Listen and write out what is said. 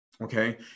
okay